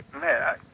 Man